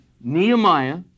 Nehemiah